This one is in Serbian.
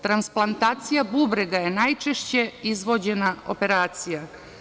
Transplantacija bubrega je najčešće izvođena operacija.